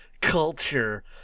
culture